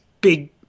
big